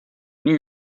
new